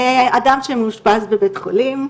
אדם שמתאשפז בבית חולים.